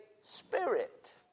spirit